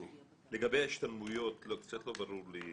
לגבי השתלמויות, קצת לא ברור לי.